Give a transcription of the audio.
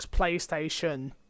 PlayStation